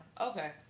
Okay